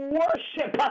worship